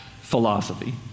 philosophy